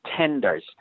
tenders